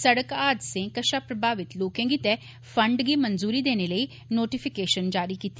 सड़क हादसे कशा प्रभावित लोकें गित्तै 'फंड' गी मंजूरी देने लेई नोटिफीकेशन जारी कीती